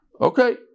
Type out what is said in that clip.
Okay